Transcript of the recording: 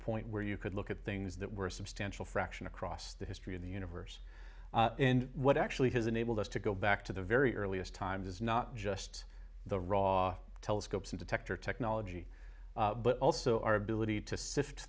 point where you could look at things that were substantial fraction across the history of the universe and what actually has enabled us to go back to the very earliest times it's not just the raw telescopes in detector technology but also our ability to sift